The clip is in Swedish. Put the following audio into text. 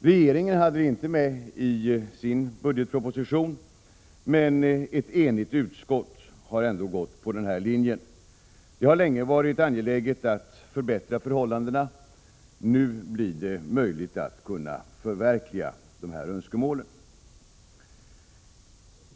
Regeringen hade det inte med i sin budgetproposition, men ett enigt utskott har ändå gått på den linjen. Det har länge varit angeläget att förbättra förhållandena. Nu blir det möjligt att förverkliga önskemålen.